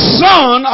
son